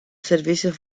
servicios